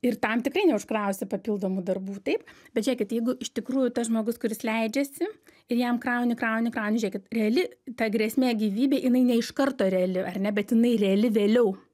ir tam tikrai neužkrausi papildomų darbų taip bet žėkit jeigu iš tikrųjų tas žmogus kuris leidžiasi ir jam krauni krauni krauni žėkit reali ta grėsmė gyvybei jinai ne iš karto reali ar ne bet jinai reali vėliau